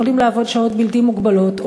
שיכולים לעבוד שעות בלתי מוגבלות,